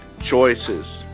choices